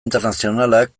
internazionalak